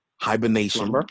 hibernation